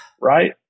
right